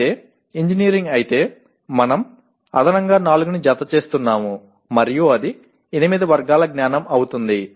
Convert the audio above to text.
అయితే ఇంజనీరింగ్ అయితే మనం అదనంగా 4 ని జతచేస్తున్నాము మరియు అది 8 వర్గాల జ్ఞానం అవుతుంది